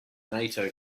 nato